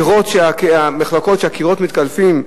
מחלקות שהקירות בהן מתקלפים,